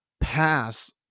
pass